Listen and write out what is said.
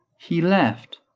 he left,